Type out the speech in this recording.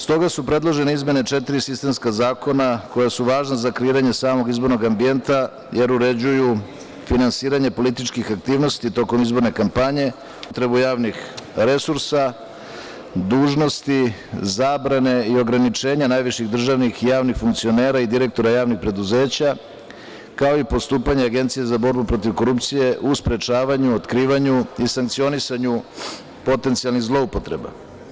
Stoga su predložene izmene četiri sistemska zakona koja su važna za kreiranje samog izbornog ambijenta, jer uređuju finansiranje političkih aktivnosti tokom izborne kampanje, upotrebu javnih resursa, dužnosti, zabrane i ograničenja najviših državnih i javnih funkcionera i direktora javnih preduzeća, kao i postupanje Agencije za borbu protiv korupcije u sprečavanju, otkrivanju i sankcionisanju potencijalnih zloupotreba.